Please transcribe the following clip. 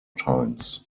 times